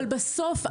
אבל בסוף,